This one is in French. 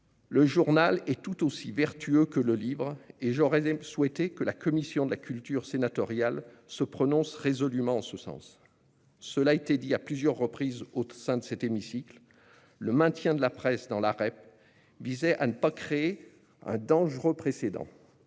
Le journal est tout aussi « vertueux » que le livre, et j'aurais souhaité que la commission de la culture du Sénat se prononce résolument en ce sens. Cela a été dit à plusieurs reprises au sein de cet hémicycle : le maintien de la presse dans la REP visait à ne pas créer un « dangereux précédent